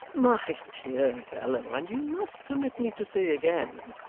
my dear fellow and you must permit me to say again,